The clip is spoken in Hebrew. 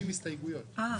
נצא להפסקה עד שעה 13:00,